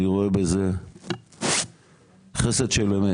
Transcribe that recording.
אני רואה בזה חסד של אמת